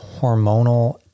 hormonal